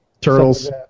turtles